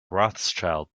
rothschild